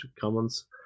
commons